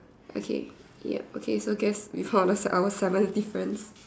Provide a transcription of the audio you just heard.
okay yup okay so just we found our our seventh difference